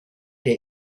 der